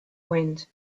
wind